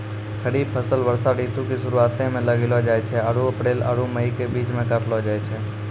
खरीफ फसल वर्षा ऋतु के शुरुआते मे लगैलो जाय छै आरु अप्रैल आरु मई के बीच मे काटलो जाय छै